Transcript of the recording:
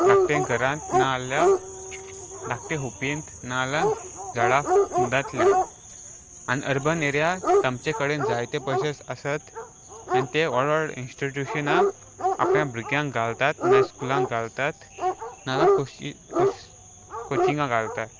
धाकटें घरांत ना जाल्यार धाकटें खोंपींत नाजाल्यार झाडां मुदांतल्यान आनी अर्बन एरिया तांचे कडेन जायते पयशे आसात आनी ते व्हड व्हडल्या इंस्टिट्युशनां आपल्या भुरग्यांक घालतात नये स्कुलाक घालतात नाल्यार कोचिंगां घालतात